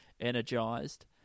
energized